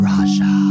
Raja